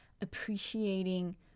appreciating